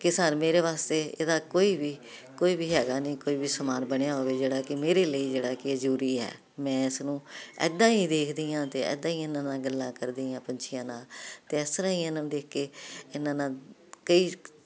ਕਿ ਸਰ ਮੇਰੇ ਵਾਸਤੇ ਇਹਦਾ ਕੋਈ ਵੀ ਕੋਈ ਵੀ ਹੈਗਾ ਨਹੀਂ ਕੋਈ ਵੀ ਸਮਾਨ ਬਣਿਆ ਹੋਵੇ ਜਿਹੜਾ ਕਿ ਮੇਰੇ ਲਈ ਜਿਹੜਾ ਕਿ ਜਰੂਰੀ ਹੈ ਮੈਂ ਇਸਨੂੰ ਇਦਾਂ ਹੀ ਦੇਖਦੀ ਆਂ ਤੇ ਇਦਾਂ ਹੀ ਇਹਨਾਂ ਨਾਲ ਗੱਲਾਂ ਕਰਦੀ ਆ ਪੰਛੀਆਂ ਨਾਲ ਤੇ ਇਸ ਤਰ੍ਹਾਂ ਹੀ ਇਹਨਾਂ ਨੂੰ ਦੇਖ ਕੇ ਇਹਨਾਂ ਨਾਲ ਕਈ